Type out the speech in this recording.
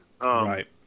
Right